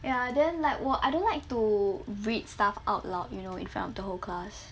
ya then like 我 I don't like to read stuff out loud you know in front of the whole class